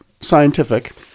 scientific